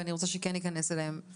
ואני רוצה שכן ניכנס אליהם.